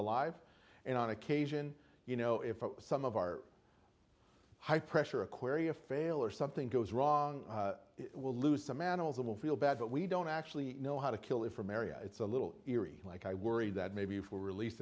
alive and on occasion you know if some of our high pressure aquaria fail or something goes wrong it will lose some animals it will feel bad but we don't actually know how to kill it from area it's a little eerie like i worry that maybe if we release